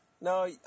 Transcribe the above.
No